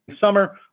summer